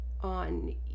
on